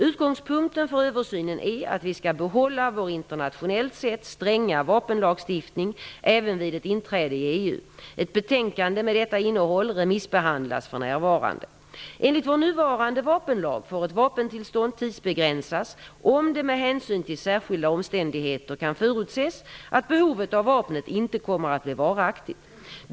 Utgångspunkten för översynen är att vi skall behålla vår internationellt sett stränga vapenlagstiftning även vid ett inträde i EU. Ett betänkande med detta innehåll remissbehandlas för närvarande. Enligt vår nuvarande vapenlag får ett vapentillstånd tidsbegränsas, om det med hänsyn till särskilda omständigheter kan förutses att behovet av vapnet inte kommer att bli varaktigt.